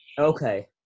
Okay